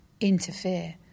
interfere